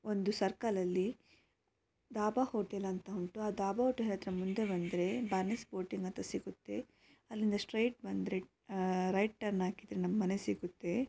ಒಂದು ಸರ್ಕಲಲ್ಲಿ ದಾಬಾ ಹೋಟೆಲ್ ಅಂತ ಉಂಟು ಆ ದಾಬಾ ಹೋಟೆಲ್ ಹತ್ರ ಮುಂದೆ ಬಂದರೆ ಬಾನಸ್ ಬೊಟಿಂಗ್ ಅಂತ ಸಿಗುತ್ತೆ ಅಲ್ಲಿಂದ ಸ್ಟ್ರೈಟ್ ಬಂದರೆ ರೈಟ್ ಟರ್ನ್ ಹಾಕಿದರೆ ನಮ್ಮನೆ ಸಿಗುತ್ತೆ